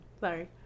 Sorry